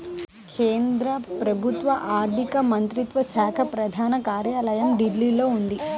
కేంద్ర ప్రభుత్వ ఆర్ధిక మంత్రిత్వ శాఖ ప్రధాన కార్యాలయం ఢిల్లీలో ఉంది